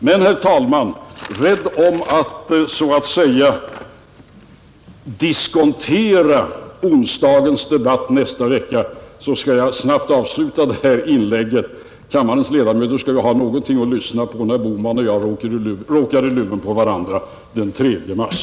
Men, herr talman, rädd för att så att säga diskontera onsdagens debatt nästa vecka skall jag snabbt avsluta detta inlägg. Kammarens ledamöter skall ju ha någonting att lyssna på när herr Bohman och jag råkar i luven på varandra den 3 mars.